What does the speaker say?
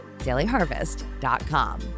Dailyharvest.com